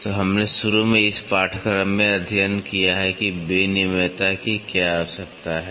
तो हमने शुरू में इस पाठ्यक्रम में अध्ययन किया कि विनिमेयता की क्या आवश्यकता है